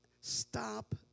Stop